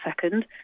second